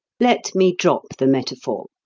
let me drop the metaphor.